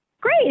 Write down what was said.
great